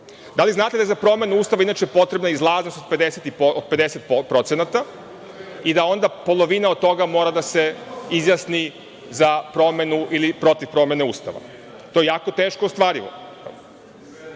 Da li znate da je za promenu ustava inače potrebna izlaznost od 50% i da onda polovina od toga mora da se izjasni za promenu ili protiv promene Ustava? To je jako teško ostvarivo.